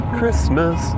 Christmas